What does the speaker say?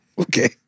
Okay